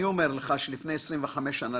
אני אומר שלפני 25 שנה,